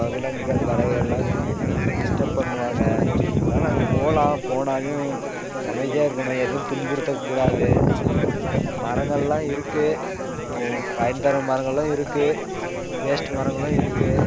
விலங்குகள் பறவையெல்லாம் டிஸ்டப் பண்ணுவாங்க அதனால் அங்கே போகலாம் போனாலும் அமைதியாக இருக்கணும் எதுவும் துன்புறுத்தக் கூடாது மரங்களெலாம் இருக்குது பயன்தரும் மரங்களும் இருக்குது வேஸ்ட் மரங்களும் இருக்குது